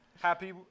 Happy